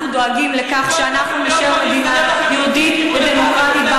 אנחנו דואגים לכך שאנחנו נישאר מדינה יהודית ודמוקרטית,